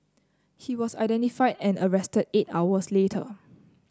he was identified and arrested eight hours later